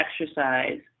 exercise